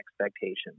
expectations